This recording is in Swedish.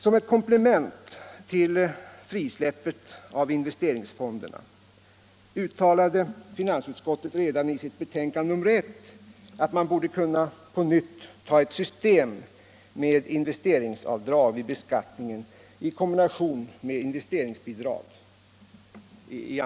Som ett komplement till frisläppet av investeringsfonderna uttalade finansutskottet redan i sitt betänkande nr 1 att man borde kunna på nytt ta i anspråk ett system med investeringsavdrag vid beskattningen i kombination med investeringsbidrag.